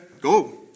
go